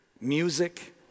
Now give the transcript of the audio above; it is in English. music